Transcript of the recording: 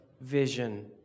vision